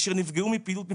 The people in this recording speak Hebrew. אשר נפגעו מפעילות מבצעית,